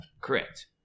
Correct